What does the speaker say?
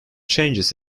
changes